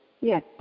Yes